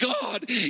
God